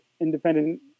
independent